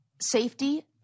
safety